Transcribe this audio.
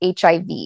HIV